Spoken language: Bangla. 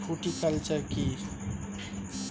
ফ্রুটিকালচার কী?